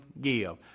give